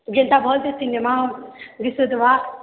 ଯେନ୍ଟା ଭଲ୍ସେ ସିନେମା ଦିଶୁଥିବା